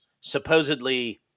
supposedly